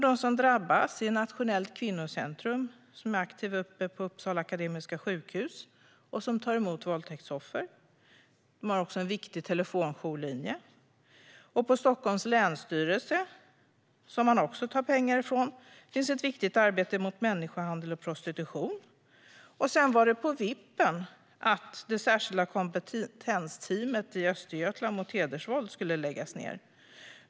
De som drabbas är Nationellt kvinnocentrum vid Akademiska sjukhuset i Uppsala, där man tar emot våldtäktsoffer. De har också en viktig telefonjourlinje. Man tar också pengar från länsstyrelsen i Stockholm, där det finns ett viktigt arbete mot människohandel och prostitution. Det var också på vippen att det särskilda kompetensteamet mot hedersvåld, i Östergötland, skulle läggas ned.